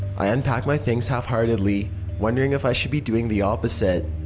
i unpacked my things half-heartedly wondering if i should be doing the opposite.